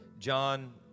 John